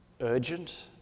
urgent